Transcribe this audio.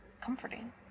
comforting